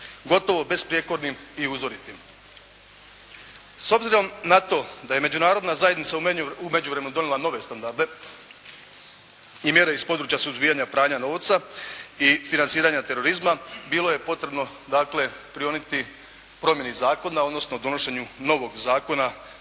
gotovo besprijekornim i uzoritim. S obzirom na to da je Međunarodna zajednica u međuvremenu donijela nove standarde i mjere iz područja suzbijanja pranja novca i financiranja terorizma bilo je potrebno dakle prionuti promjeni zakona, odnosno donošenju novog zakona